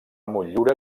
motllura